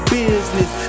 business